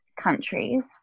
countries